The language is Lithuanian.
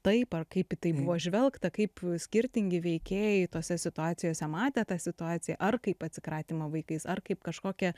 taip ar kaip į tai buvo žvelgta kaip skirtingi veikėjai tose situacijose matė tą situaciją ar kaip atsikratymą vaikais ar kaip kažkokią